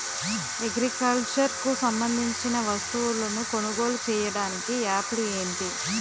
Agriculture కు సంబందించిన వస్తువులను కొనుగోలు చేయటానికి యాప్లు ఏంటి?